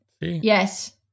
Yes